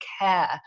care